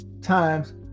times